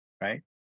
Right